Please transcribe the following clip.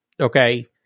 Okay